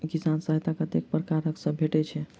किसान सहायता कतेक पारकर सऽ भेटय छै?